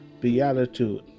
Beatitude